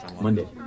Monday